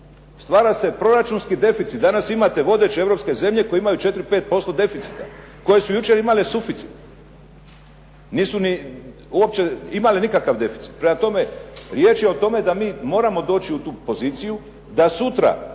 stvara se proračunski deficit. Danas imate vodeće europske zemlje koje imaju 4, 5% deficita, koje su jučer imale suficit. Nisu ni uopće imale nikakav deficit. Prema tome, riječ je o tome da mi moramo doći u tu poziciju, da sutra